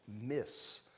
miss